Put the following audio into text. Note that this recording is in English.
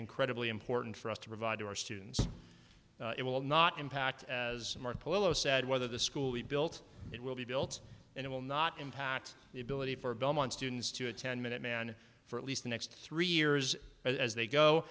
incredibly important for us to provide to our students it will not impact as polo said whether the school we built it will be built and it will not impact the ability for belmont students to attend minuteman for at least the next three years as they go